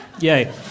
Yay